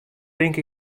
tink